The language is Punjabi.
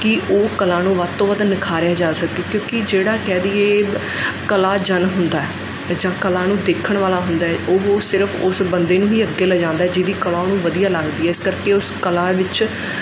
ਕੀ ਉਹ ਕਲਾ ਨੂੰ ਵੱਧ ਤੋਂ ਵੱਧ ਨਿਖਾਰਿਆ ਜਾ ਸਕੇ ਕਿਉਂਕਿ ਜਿਹੜਾ ਕਹਿ ਦਈਏ ਕਲਾ ਜਨ ਹੁੰਦਾ ਜਾਂ ਕਲਾ ਨੂੰ ਦੇਖਣ ਵਾਲਾ ਹੁੰਦਾ ਉਹ ਸਿਰਫ ਉਸ ਬੰਦੇ ਨੂੰ ਹੀ ਅੱਗੇ ਲੈ ਜਾਂਦਾ ਜਿਹਦੀ ਕਲਾ ਉਹਨੂੰ ਵਧੀਆ ਲੱਗਦੀ ਹੈ ਇਸ ਕਰਕੇ ਉਸ ਕਲਾ ਵਿੱਚ